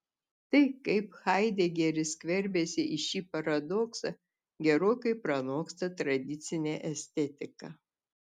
tai kaip haidegeris skverbiasi į šį paradoksą gerokai pranoksta tradicinę estetiką